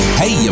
hey